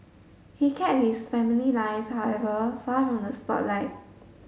he kept his family life however far from the spotlight